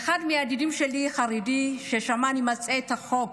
אחד מהידידים שלי, חרדי, ששמע שאני מציעה את החוק,